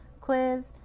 quiz